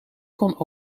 kon